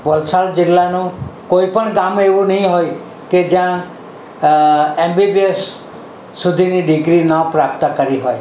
વલસાડ જિલ્લાનું કોઈ પણ ગામ એવું નહીં હોય કે જ્યાં એમબીબીએસ સુધીની ડિગ્રી ન પ્રાપ્ત કરી હોય